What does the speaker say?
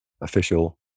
official